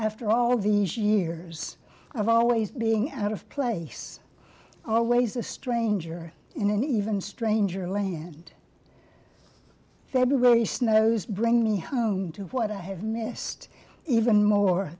after all these years of always being out of place always a stranger in an even stranger land february snows bring me home to what i have missed even more